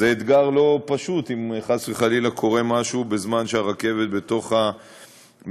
זה אתגר לא פשוט אם חס וחלילה קורה משהו בזמן שהרכבת בתוך המנהרה.